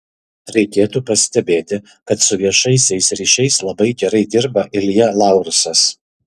reikėtų pastebėti kad su viešaisiais ryšiais labai gerai dirba ilja laursas